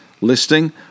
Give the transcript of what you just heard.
listing